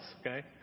okay